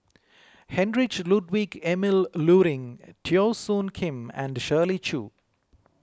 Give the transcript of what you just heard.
Heinrich Ludwig Emil Luering Teo Soon Kim and Shirley Chew